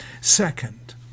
Second